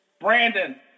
Brandon